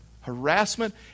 harassment